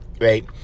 right